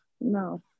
No